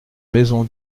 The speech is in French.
maison